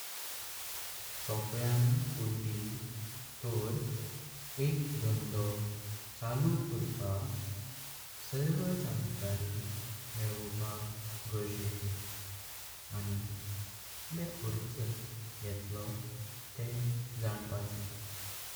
सगळ्यान पोईली तोर एक धोंडो चालू करपाक सर्व जानकारी मेलवप गरजेचे। आणि कितलेम खर्च येतलो तेह जान्चे।